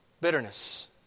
bitterness